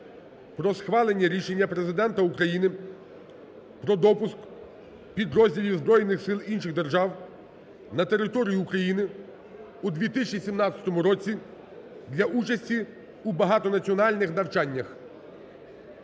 про схвалення рішення Президента України про допуск підрозділів збройних сил інших держав на територію України у 2017 році для участі у багатонаціональних навчаннях,